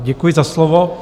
Děkuji za slovo.